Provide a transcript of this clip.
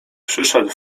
przyszedł